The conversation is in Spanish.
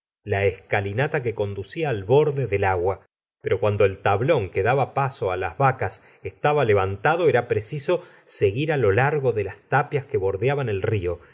la escalinata que conducía al borde del agua pero cuando el tablón que daba paso las vacas estaba levantado era preciso seguir lo largo de las tapias que bordeaban el río